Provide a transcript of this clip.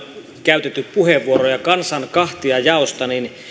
käytetty puheenvuoroja kansan kahtiajaosta niin